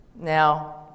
Now